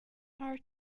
are